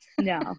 No